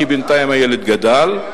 כי בינתיים הילד גדל,